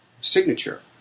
signature